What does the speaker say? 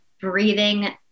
breathing